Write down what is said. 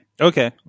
Okay